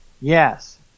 Yes